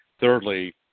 Thirdly